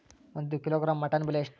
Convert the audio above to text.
ಒಂದು kilogram mutton ಬೆಲೆ ಎಷ್ಟ್?